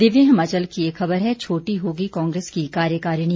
दिव्य हिमाचल की एक ख़बर है छोटी होगी कांग्रेस की कार्यकारिणी